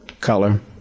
color